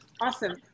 awesome